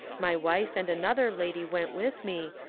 my wife and another lady went with me,